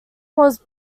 was